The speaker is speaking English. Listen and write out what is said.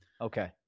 Okay